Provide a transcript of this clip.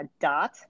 dot